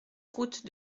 route